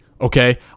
Okay